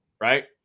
right